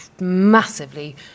massively